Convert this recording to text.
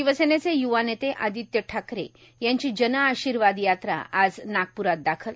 शिवसेनेचे य्वा नेते आदित्य ठाकरे यांची जनआशीर्वाद यात्रा आज नागप्रात दाखल